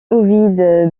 ovide